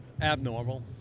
Abnormal